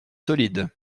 solides